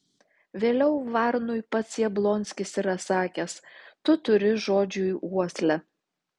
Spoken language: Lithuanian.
vėliau varnui pats jablonskis yra sakęs tu turi žodžiui uoslę